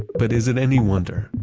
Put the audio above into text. but is it any wonder?